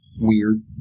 weird